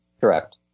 Correct